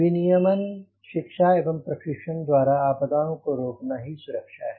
विनियमन शिक्षा एवं प्रशिक्षण द्वारा आपदाओं को रोकना ही सुरक्षा है